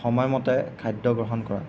সময়মতে খাদ্য গ্ৰহণ কৰা